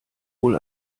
wohl